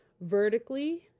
vertically